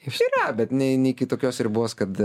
yra bet ne ne iki tokios ribos kad